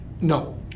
No